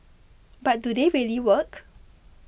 but do they really work